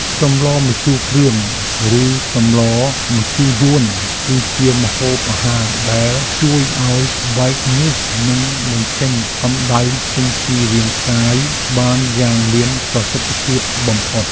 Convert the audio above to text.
សម្លម្ជូរគ្រឿងឬសម្លម្ជូរយួនគឺជាម្ហូបអាហារដែលជួយឱ្យបែកញើសនិងបញ្ចេញកម្តៅចេញពីរាងកាយបានយ៉ាងមានប្រសិទ្ធភាពបំផុត។